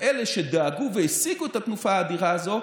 ואלה שדאגו והשיגו את התנופה האדירה הזו,